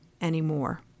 anymore